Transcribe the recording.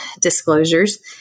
disclosures